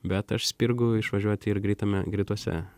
bet aš spirgu išvažiuoti ir greitame greitose